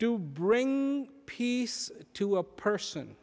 to bring peace to a person